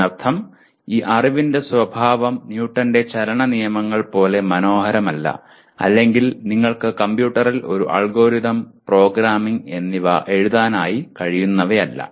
ഇതിനർത്ഥം ഈ അറിവിന്റെ സ്വഭാവം ന്യൂട്ടന്റെ ചലനനിയമങ്ങൾ പോലെ മനോഹരമല്ല അല്ലെങ്കിൽ നിങ്ങൾക്ക് കമ്പ്യൂട്ടറിൽ ഒരു അൽഗോരിതം പ്രോഗ്രാമിംഗ് എന്നിവ എഴുതാനായി കഴിയുന്നവയല്ല